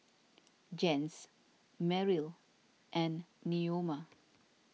Jens Meryl and Neoma